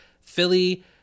Philly